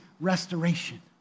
restoration